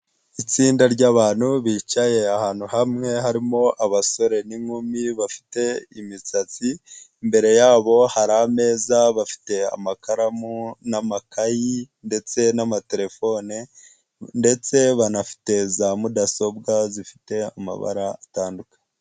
Itsinda ry'abantu bicaye ahantu hamwe harimo abasore n'inkumi bafite imisatsi, imbere yabo hari ameza, bafite amakaramu n'amakayi ndetse n'amaterefone ndetse banafite za mudasobwa zifite amabara atandukanye.